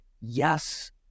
yes